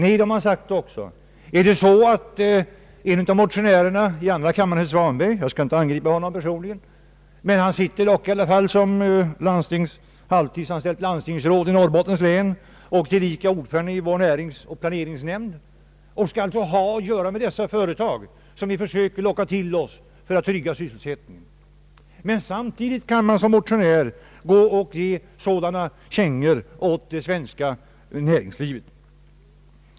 En av motionärerna i andra kammaren, herr Svanberg — jag skall inte angripa honom personligen — sitter såsom halvtidsanställt landstingsråd i Norrbottens län och tillika ordförande i vår näringsoch planeringsnämnd. Han har att göra med de företag som vi försöker locka till oss för att trygga sysselsättningen. Samtidigt kan herr Svanberg såsom motionär ge sådana kängor åt det svenska näringslivet.